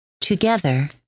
Together